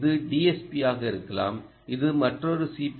இது DSP ஆக இருக்கலாம் இது மற்றொரு சி